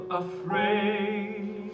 afraid